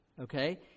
okay